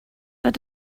that